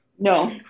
No